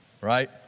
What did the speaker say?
Right